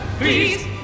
please